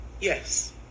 Yes